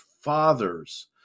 fathers